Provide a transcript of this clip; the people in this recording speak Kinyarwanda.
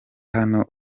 hano